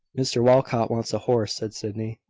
mr walcot wants a horse, said sydney,